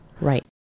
Right